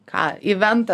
ką įventą